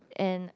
and